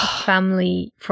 family